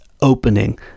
opening